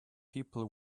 people